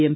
M